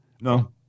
No